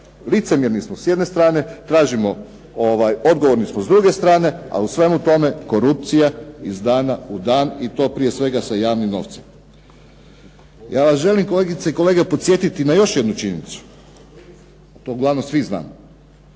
licemjerni smo s jedne strane, tražimo, odgovorni smo s druge strane, a u svemu tome korupcija iz dana i dan, i to prije svega sa javnim novcem. Ja vas želim kolegice i kolege podsjetiti na još jednu činjenicu, a to uglavnom svi znamo,